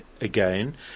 again